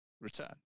return